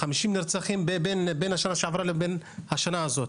של 50 נרצחים בין השנה שעברה לשנה הזאת.